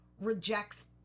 rejects